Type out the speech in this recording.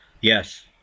Yes